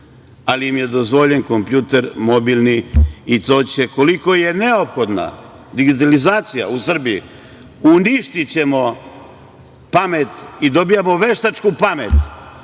ali im je dozvoljen kompjuter, mobilni i to će, koliko je neophodna digitalizacija u Srbiji, uništiti pamet i dobijamo veštačku pamet,